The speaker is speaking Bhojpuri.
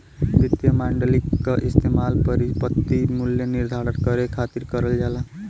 वित्तीय मॉडलिंग क इस्तेमाल परिसंपत्ति मूल्य निर्धारण करे खातिर करल जाला